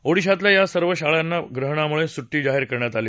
ओडिशातल्या या सर्व शाळांना ग्रहणामुळे सुट्टी जाहीर करण्यात आली